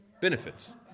benefits